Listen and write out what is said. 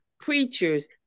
preachers